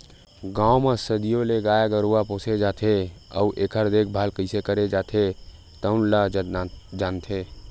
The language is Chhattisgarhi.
गाँव म सदियों ले गाय गरूवा पोसे जावत हे अउ एखर देखभाल कइसे करे जाथे तउन ल जानथे